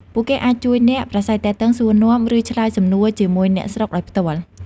ពួកគេអាចជួយអ្នក ប្រាស្រ័យទាក់ទង សួរនាំ ឬឆ្លើយសំណួរជាមួយអ្នកស្រុកដោយផ្ទាល់។